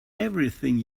everything